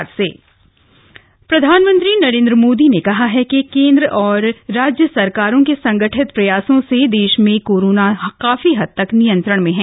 PM Covid समीक्षा प्रधानमंत्री श्री नरेन्द्र मोदी ने कहा है कि केन्द्र और राज्य सरकारों के संगठित प्रयासों से देश में कोरोना काफी हद तक नियंत्रण में है